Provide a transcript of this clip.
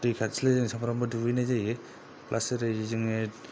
दै खाथिलाय जोङो सानफ्रामबो दुगैनाय जायो प्लास ओरै जोङो